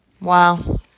Wow